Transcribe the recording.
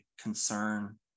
concern